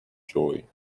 joy